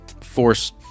force